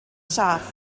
saff